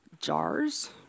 Jars